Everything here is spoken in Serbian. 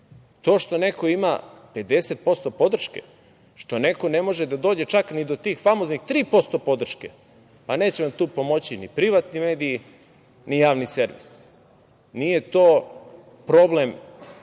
To što neko ima 50% podrške, što neko ne može da dođe čak ni do tih famoznih 3% podrške pa neće vam tu pomoći ni privatni mediji, ni Javni servis. Nije to problem